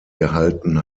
gehalten